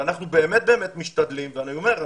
ואנחנו באמת משתדלים ואני אומר,